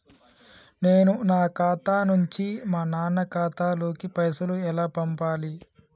నేను నా ఖాతా నుంచి మా నాన్న ఖాతా లోకి పైసలు ఎలా పంపాలి?